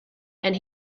and